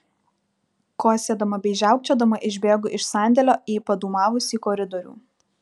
kosėdama bei žiaukčiodama išbėgu iš sandėlio į padūmavusį koridorių